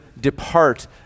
depart